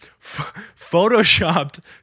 Photoshopped